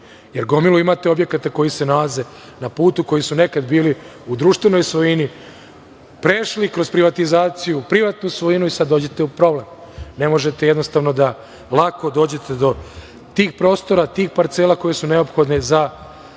jer imate gomilu objekata koji se nalaze na putu, koji su nekada bili u društvenoj svojini, prešli kroz privatizaciju, privatnu svojinu i sada dođete u problem jer ne možete jednostavno lako da dođete do tih prostora, tih parcela koje su neophodne za